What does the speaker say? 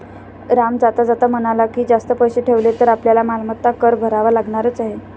राम जाता जाता म्हणाला की, जास्त पैसे ठेवले तर आपल्याला मालमत्ता कर भरावा लागणारच आहे